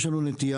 יש לנו נטייה,